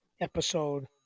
episode